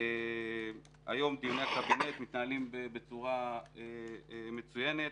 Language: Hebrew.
היום דיוני הקבינט מתנהלים בצורה מצוינת,